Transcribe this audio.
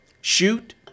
shoot